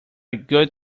good